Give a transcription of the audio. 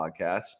podcast